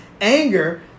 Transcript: anger